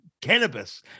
cannabis